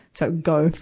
so go,